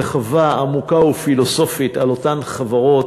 רחבה, עמוקה ופילוסופית על אותן חברות,